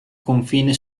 confine